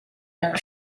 hair